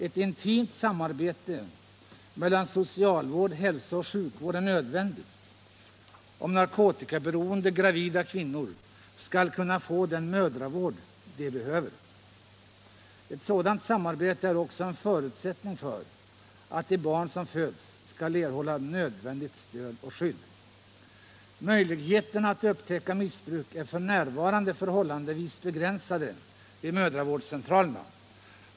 Ett intimt samarbete mellan socialvård samt hälsooch sjukvård är nödvändigt om narkotikaberoende gravida kvinnor skall kunna få den mödravård de behöver. Ett sådant samarbete är också en förutsättning för att de barn som föds skall erhålla nödvändigt stöd och skydd. Möjligheterna att upptäcka missbruk är f. n. förhållandevis begränsade vid mödravårdscentralerna.